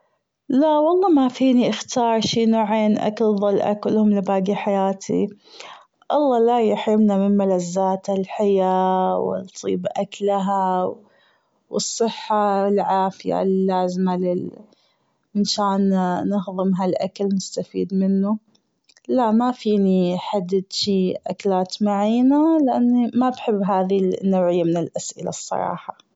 لا والله مافيني أختار شي نوعين أكل ظل أكلهم لباجي حياتي الله لا يحرمنا من ملذات الحياة وطيب أكلها والصحة والعافية اللازمة منشان نهضم هالأكل ونستفيد منه لا مافيني حدد شي أكلات معينة لأني ما بحب هذي النوعية من الأسئلة الصراحة.